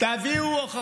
בדרך